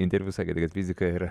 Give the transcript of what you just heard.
interviu sakėte kad fizika yra